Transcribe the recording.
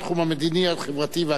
החברתי והכלכלי.